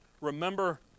remember